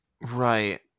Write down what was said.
Right